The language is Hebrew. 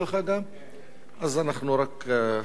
אז אנחנו רק נשמע את חבר הכנסת דב חנין,